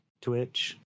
twitch